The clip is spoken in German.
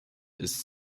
ist